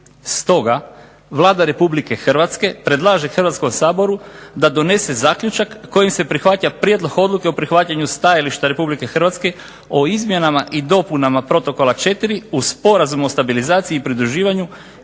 Stoga, Vlada Republike Hrvatske predlaže Hrvatskom saboru da donese zaključak kojim se prihvaća prijedlog odluke o prihvaćanju stajališta RH o izmjenama i dopunama Protokola 4. uz Sporazum o stabilizaciji i pridruživanju